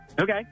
Okay